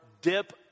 dip